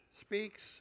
speaks